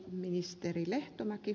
arvoisa puhemies